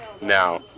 now